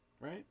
Right